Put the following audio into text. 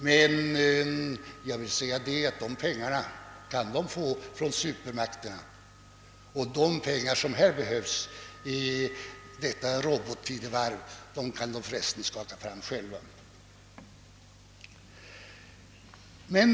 Men jag vill säga att de kan få pengar från supermakterna, och i robotarnas tidevarv kan de förresten själva skaffa fram de pengar som behövs.